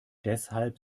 deshalb